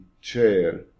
chair